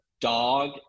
dog